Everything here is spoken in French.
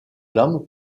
flammes